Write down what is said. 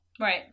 Right